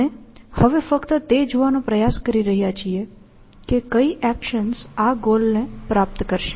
આપણે હવે ફક્ત તે જોવાનો પ્રયાસ કરી રહ્યા છીએ કે કઈ એક્શન્સ આ ગોલ્સને પ્રાપ્ત કરશે